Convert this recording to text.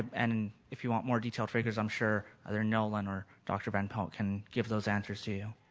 and if you want more details because i'm sure either nolan or dr van pelt can give those answers to you.